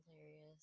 hilarious